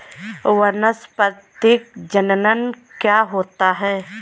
वानस्पतिक जनन क्या होता है?